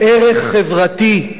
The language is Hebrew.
ערך חברתי,